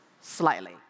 slightly